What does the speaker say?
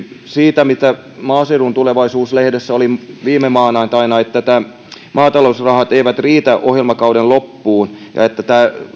siitä mitä maaseudun tulevaisuus lehdessä oli viime maanantaina että maatalousrahat eivät riitä ohjelmakauden loppuun ja että